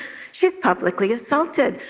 she is publicly assaulted.